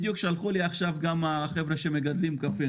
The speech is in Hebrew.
בדיוק שלחו לי עכשיו החבר'ה שעושים קפה,